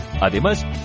Además